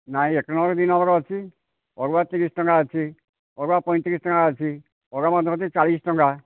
ନାଇଁ ଏକ ନମ୍ବର ଦୁଇ ନମ୍ବର ଅଛି ଅରୁଆ ତିରିଶ ଟଙ୍କା ଅଛି ଅରୁଆ ପଇଁତିରିଶ ଟଙ୍କା ଅଛି ଅରୁଆ ମଧ୍ୟ ଅଛି ଚାଳିଶ ଟଙ୍କା